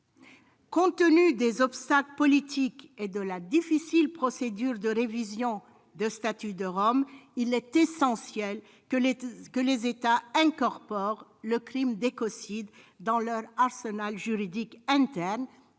compte tenu des obstacles politiques et de la difficile procédure de révision du statut de Rome, il est essentiel que les États incorporent le crime d'écocide dans leur arsenal juridique interne,